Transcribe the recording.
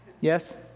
Yes